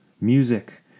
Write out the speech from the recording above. music